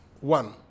One